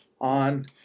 on